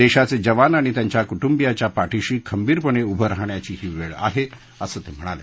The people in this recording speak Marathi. देशाचे जवान आणि त्यांच्या कुटुंबियांच्या पाठिशी खंबीरपणे उभं राहण्याची ही वेळ आहे असं ते म्हणाले